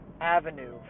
avenue